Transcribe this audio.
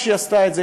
כשהיא עשתה את זה,